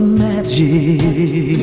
magic